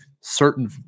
certain